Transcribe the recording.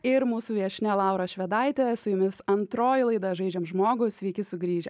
ir mūsų viešnia laura švedaitė su jumis antroji laida žaidžiam žmogų sveiki sugrįžę